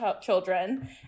children